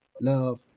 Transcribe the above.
love